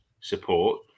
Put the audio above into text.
support